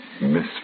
Miss